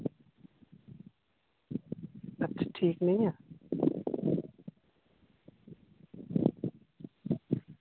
ठीक ओ ना